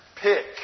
pick